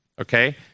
okay